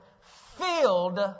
filled